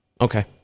Okay